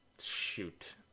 shoot